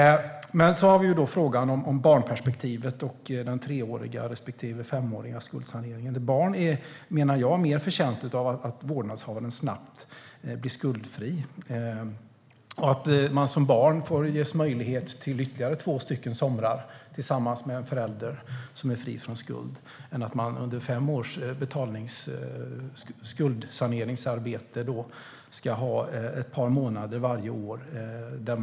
Nu till frågan om barnperspektivet och den treåriga respektive femåriga skuldsaneringen. Jag menar att barn är mer förtjänta av att vårdnadshavaren snabbt blir skuldfri och ges möjlighet till två somrar mer tillsammans med en förälder som är fri från skuld än att föräldern under fem års skuldsaneringsarbete ska ha ett par betalningsfria månader.